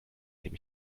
dem